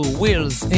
wheels